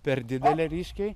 per didelė ryškiai